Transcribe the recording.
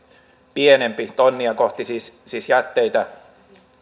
pienempi tonnia kohti siis siis jätteitä